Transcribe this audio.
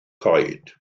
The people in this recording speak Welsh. coed